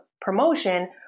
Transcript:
promotion